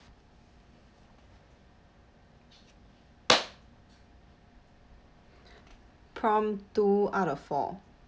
prompt two out of four